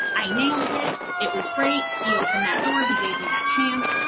i nailed it, it was great, he opened that door, he gave me that chance.